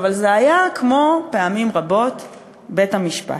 אלא זה היה כמו פעמים רבות בית-המשפט.